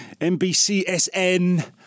NBCSN